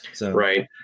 Right